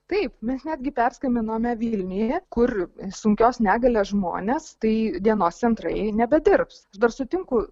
taip mes netgi perskambinome vilniuje kur sunkios negalės žmonės tai dienos centrai nebedirbs aš dar sutinku